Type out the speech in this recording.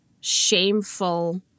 shameful